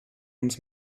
uns